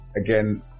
Again